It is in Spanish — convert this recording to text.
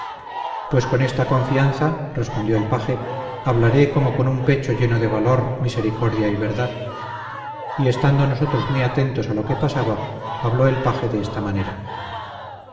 pues con esa confianza respondió el paje hablaré como con un pecho lleno de valor misericordia y verdad y estando nosotros muy atentos a lo que pasaba habló el paje de esta manera